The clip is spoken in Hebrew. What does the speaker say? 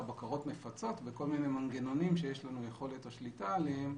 בקרות מפצות בכל מיני מנגנונים שיש לנו יכולת או שליטה עליהם.